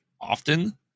often